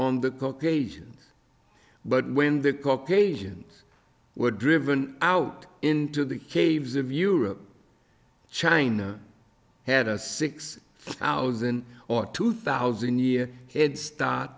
on the caucasian but when the caucasians were driven out into the caves of europe china had a six thousand or two thousand year kids st